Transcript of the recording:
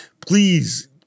please